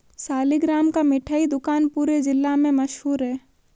सालिगराम का मिठाई दुकान पूरे जिला में मशहूर है